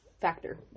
factor